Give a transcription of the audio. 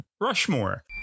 Rushmore